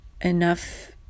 enough